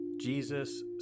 Jesus